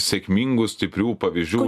sėkmingų stiprių pavyzdžių